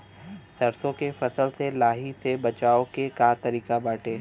सरसो के फसल से लाही से बचाव के का तरीका बाटे?